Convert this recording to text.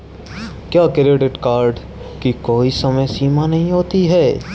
क्या credit card की कोई समय सीमा होती है?